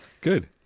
good